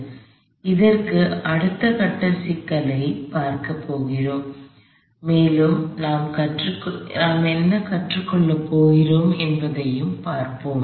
எனவே இதற்கு அடுத்த கட்ட சிக்கலைச் சேர்க்கப் போகிறோம் மேலும் நாம் என்ன கற்றுக்கொள்கிறோம் என்பதைப் பார்ப்போம்